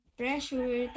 pressure